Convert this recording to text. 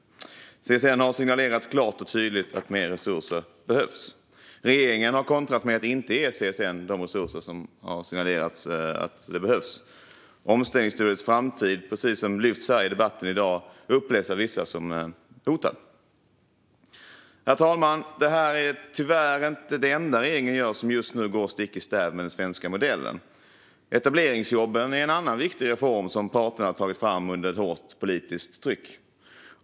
CSN har signalerat klart och tydligt att mer resurser behövs. Regeringen har kontrat med att inte ge CSN de resurser som man har signalerat behövs. Omställningsstudiestödets framtid upplevs av vissa som hotad, vilket lyfts upp i debatten här i dag. Herr talman! Det här är tyvärr inte det enda regeringen gör som just nu går stick i stäv med den svenska modellen. Etableringsjobben är en annan viktig reform som parterna tagit fram under hårt politiskt tryck.